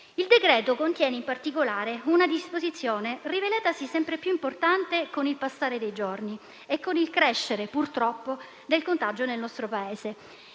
Il decreto contiene, in particolare, una disposizione rivelatasi sempre più importante con il passare dei giorni e con il crescere, purtroppo, del contagio nel nostro Paese.